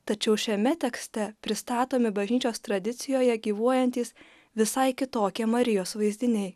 tačiau šiame tekste pristatomi bažnyčios tradicijoje gyvuojantys visai kitokie marijos vaizdiniai